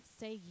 say